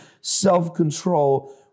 self-control